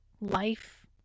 life